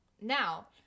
Now